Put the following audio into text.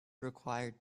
required